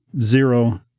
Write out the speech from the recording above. zero